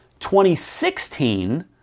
2016